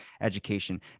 education